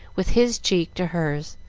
with his cheek to hers,